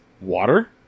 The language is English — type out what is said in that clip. water